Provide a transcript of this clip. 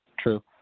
True